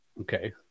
Okay